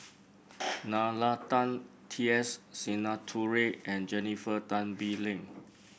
Nalla Tan T S Sinnathuray and Jennifer Tan Bee Leng